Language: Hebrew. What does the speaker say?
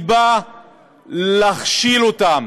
להכשיל אותם